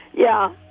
yeah.